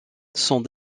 sont